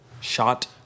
shot –